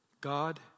God